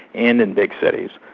and in big cities,